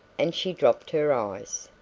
and she dropped her eyes.